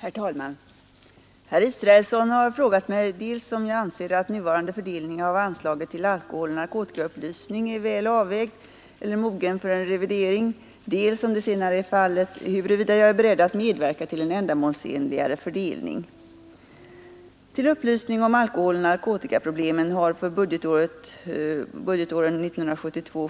Herr talman! Herr Israelsson har frågat mig dels om jag anser att nuvarande fördelning av anslaget till alkoholoch narkotikaupplysning är väl avvägd eller mogen för en revidering, dels — om det senare är fallet huruvida jag är beredd att medverka till en ändamålsenligare fördelning. Till upplysning om alkoholoch narkotikaproblemen har för budgetåren 1972